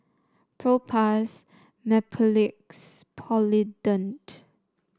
Propass Mepilex Polident